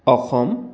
Assam